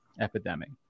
epidemic